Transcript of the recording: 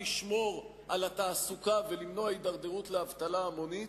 לשמור על התעסוקה ולמנוע הידרדרות לאבטלה המונית,